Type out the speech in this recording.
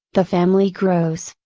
the family grows,